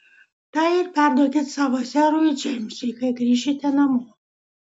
tą ir perduokit savo serui džeimsui kai grįšite namo